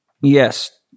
Yes